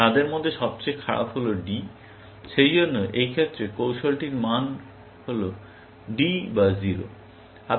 তাদের মধ্যে সবচেয়ে খারাপ হল D এবং সেইজন্য এই ক্ষেত্রে কৌশলটির মান হল D বা 0